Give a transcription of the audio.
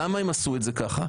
למה הם עשו את זה כך?